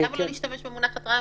למה לא להשתמש פשוט במונח "התראה"?